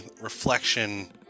reflection